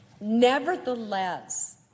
Nevertheless